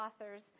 authors